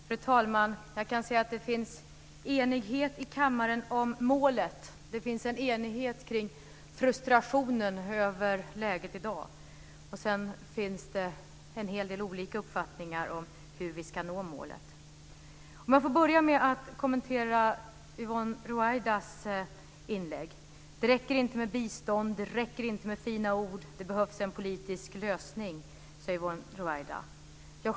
Fru talman! Jag kan se att det finns enighet i kammaren om målet. Det finns en enighet kring frustrationen över läget i dag. Sedan finns det en hel del olika uppfattningar om hur vi ska nå målet. Jag vill börja med att kommentera Yvonne Ruwaidas inlägg. Det räcker inte med bistånd. Det räcker inte med fina ord. Det behövs en politisk lösning, säger Yvonne Ruwaida.